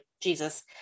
Jesus